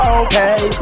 okay